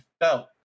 felt